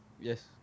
Yes